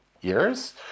years